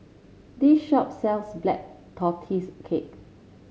this shop sells Black Tortoise Cake